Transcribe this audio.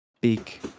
big